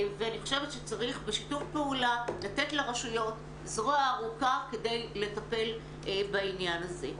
צריך בשיתוף פעולה לתת לרשויות זרוע ארוכה כדי לטפל בעניין הזה.